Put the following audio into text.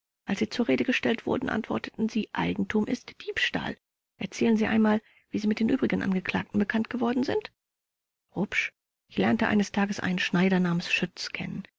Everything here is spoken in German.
als sie zur rede gestellt wurden antworteten sie eigentum ist diebstahl erzählen sie einmal wie sie mit den übrigen angeklagten bekannt geworden sind rupsch ich lernte eines tages einen schneider namens schütz kennen